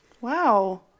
Wow